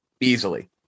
easily